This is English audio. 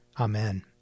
Amen